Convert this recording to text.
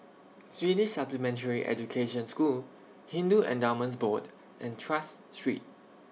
Swedish Supplementary Education School Hindu Endowments Board and Tras Street